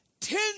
ten